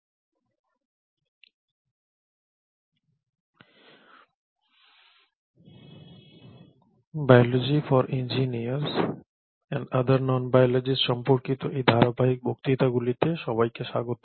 "biology for engineers and other non biologists" সম্পর্কিত এই ধারাবাহিক বক্তৃতাগুলিতে সবাইকে স্বাগত